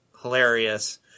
hilarious